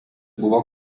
buvo